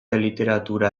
literatura